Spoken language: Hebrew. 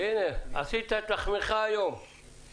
הנה, עשית את לחמך היום, יותם.